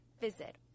visit